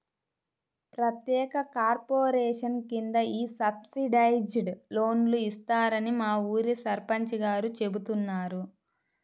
ప్రత్యేక కార్పొరేషన్ కింద ఈ సబ్సిడైజ్డ్ లోన్లు ఇస్తారని మా ఊరి సర్పంచ్ గారు చెబుతున్నారు